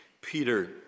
Peter